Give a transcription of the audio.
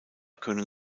können